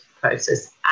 process